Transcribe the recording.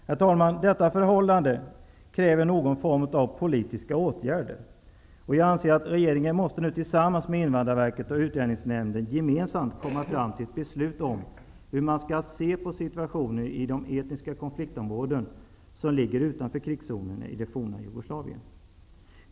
Herr talman! Detta förhållande kräver någon form av politiska åtgärder. Regeringen måste nu tillsammans med Invandrarverket och Utlänningsnämnden komma fram till ett beslut om hur man skall se på situationen i de etniska konfliktområden som ligger utanför krigszonerna i det forna Jugoslavien.